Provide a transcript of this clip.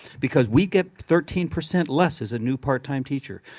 because we get thirteen percent less as a new part time teacher.